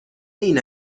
این